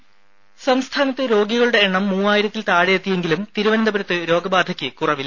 voice രുമ സംസ്ഥാനത്ത് രോഗികളുടെ എണ്ണം മൂവായിരത്തിൽ താഴെ എത്തിയെങ്കിലും തിരുവനന്തപുരത്ത് രോഗബാധയ്ക്ക് കുറവില്ല